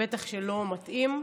ובטח שלא מתאים.